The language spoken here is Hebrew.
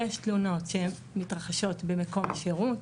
יש תלונות שמתרחשות במקום השירות,